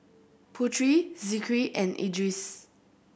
Putri Zikri and Idris